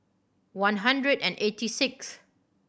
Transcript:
one hundred and eighty sixth